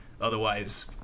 Otherwise